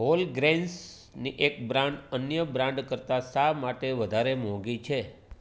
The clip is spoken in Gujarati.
હોલ ગ્રેન્સની એક બ્રાન્ડ અન્ય બ્રાન્ડ કરતાં શા માટે વધારે મોંઘી છે